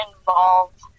involved